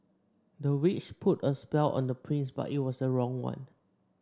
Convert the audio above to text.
the witch put a spell on the prince but it was the wrong one